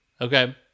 Okay